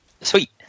Sweet